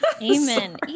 Amen